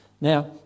Now